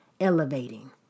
elevating